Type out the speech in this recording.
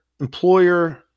employer